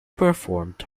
performed